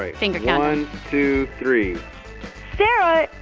ah finger count one, two, three yeah